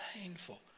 painful